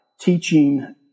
teaching